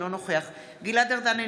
אינו נוכח גלעד ארדן,